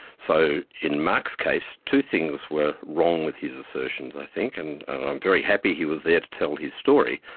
so in mark's case, two things were wrong with his assertions i think, and i'm very happy he was there to tell his story,